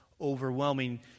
overwhelming